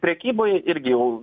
prekyboj irgi jau